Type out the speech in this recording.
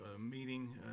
meeting